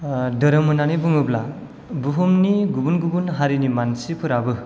धाेरोम होननानै बुङोब्ला बुहुमनि गुबुन गुबुन हारि मानसिफोराबो